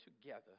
together